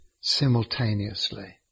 simultaneously